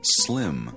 slim